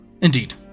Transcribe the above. Indeed